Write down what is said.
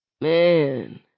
Man